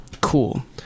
Cool